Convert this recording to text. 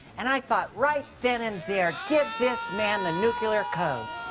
and i thought right then and there, give this man the nuclear code. a